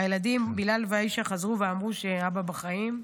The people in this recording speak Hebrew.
הילדים בילאל ועאישה חזרו ואמרו שאבא בחיים,